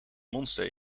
monster